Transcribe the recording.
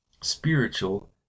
spiritual